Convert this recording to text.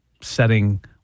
setting